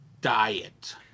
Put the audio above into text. diet